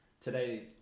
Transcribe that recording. today